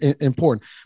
important